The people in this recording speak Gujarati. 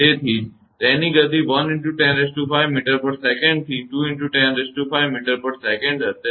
તેથી તેથી જ તેની ગતિ 1×105 msec થી 2×105 msec હશે